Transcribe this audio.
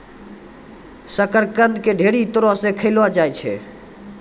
शकरकंद के ढेरी तरह से खयलो जाय छै